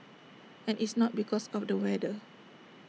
and it's not because of the weather